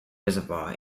reservoir